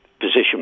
position